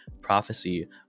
prophecy